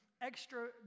extra